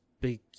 big